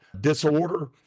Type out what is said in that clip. disorder